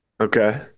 Okay